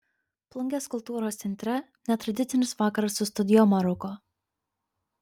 plungės kultūros centre netradicinis vakaras su studio maruko